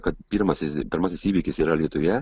kad pirmasis pirmasis įvykis yra alytuje